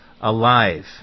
alive